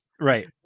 right